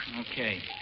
Okay